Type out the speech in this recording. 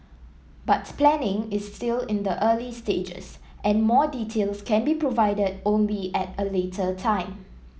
but planning is still in the early stages and more details can be provided only at a later time